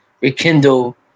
rekindle